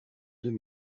deux